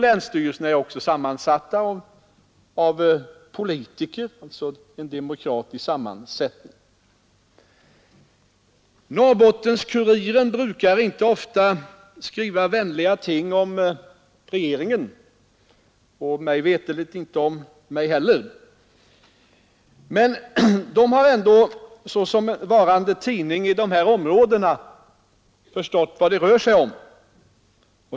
Länsstyrelserna har också en demokratisk sammansättning av politiker. Norrbottens-Kuriren brukar inte ofta skriva vänliga ting om regeringen och mig veterligen inte om min egen person heller. Men såsom dagstidning för dessa områden har man ändå förstått vad det rör sig om.